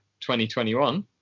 2021